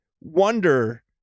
wonder